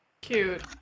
Cute